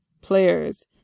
players